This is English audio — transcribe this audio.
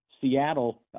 Seattle